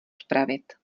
spravit